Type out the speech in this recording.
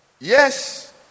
Yes